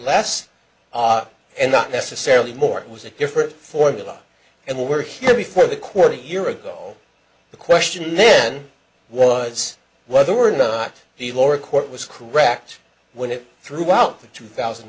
less and not necessarily more it was a different formula and were here before the court a year ago the question then was whether or not the lower court was correct when it threw out the two thousand